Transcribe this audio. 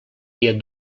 dia